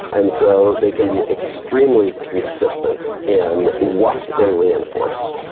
and so they can be extremely consistent in what they reinforce.